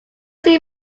see